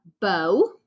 bow